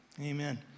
Amen